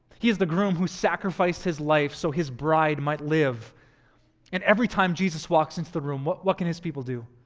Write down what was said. he is the groom who sacrificed his life so his bride might live and every time jesus walks into the room, what what can his people do?